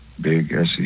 big